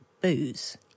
booze